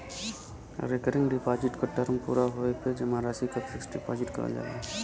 recurring deposit क term पूरा होये पे जमा राशि क फिक्स्ड डिपाजिट करल जाला